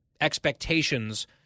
expectations